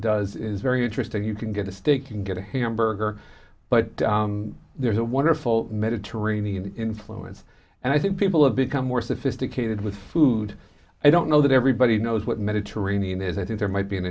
does is very interesting you can get a steak and get a hamburger but there's a wonderful mediterranean influence and i think people have become more sophisticated with food i don't know that everybody knows what mediterranean is i think there might be an